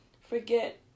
forget